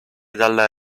dalla